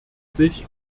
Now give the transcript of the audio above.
sich